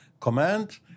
Command